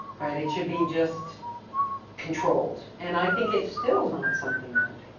right? it should be just controlled, and i think it's still not something that,